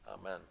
Amen